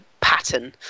pattern